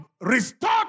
restore